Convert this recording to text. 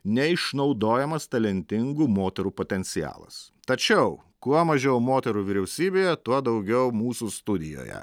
neišnaudojamas talentingų moterų potencialas tačiau kuo mažiau moterų vyriausybėje tuo daugiau mūsų studijoje